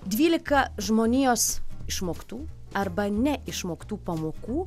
dvylika žmonijos išmoktų arba neišmoktų pamokų